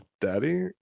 daddy